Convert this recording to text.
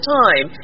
time